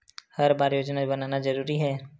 हर बार योजना बनाना जरूरी है?